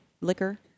liquor